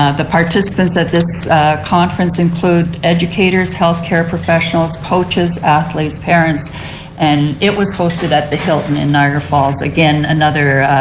ah the participants at this conference include educator, health care professionals, coach, athletes, parents and it was hosted at the hilton in niagra falls. again another